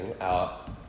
out